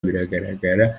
biragaragara